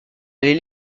allait